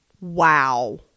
Wow